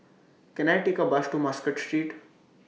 Can I Take A Bus to Muscat Street